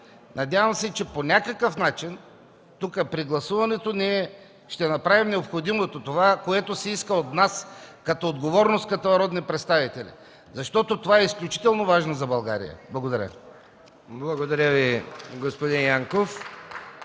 Надявам се, че по някакъв начин тук при гласуването ние ще направим необходимото – това, което се иска от нас, като отговорност и като народни представители, защото това е изключително важно за България. Благодаря.